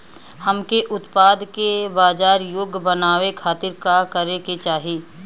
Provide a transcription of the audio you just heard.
हमके उत्पाद के बाजार योग्य बनावे खातिर का करे के चाहीं?